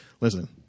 Listen